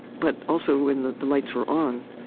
but also, when the the lights were on,